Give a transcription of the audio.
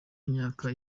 myaka